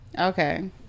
Okay